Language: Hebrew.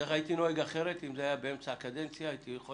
אם זה היה באמצע הקדנציה הייתי נוהג אחרת.